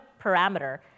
parameter